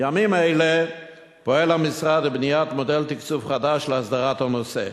בימים אלה פועל המשרד לבניית מודל תקצוב חדש להסדרת הנושא.